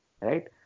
right